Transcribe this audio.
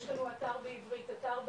יש לנו אתר בעברית, אתר בערבית,